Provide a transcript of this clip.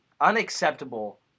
unacceptable